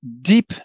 deep